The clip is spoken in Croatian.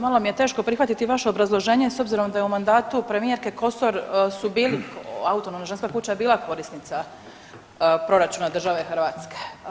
Malo mi je teško prihvatiti vaše obrazloženje s obzirom da je u mandatu premijerke Kosor su bili, Autonomna ženska kuća je bila korisnica proračuna država Hrvatske.